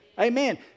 Amen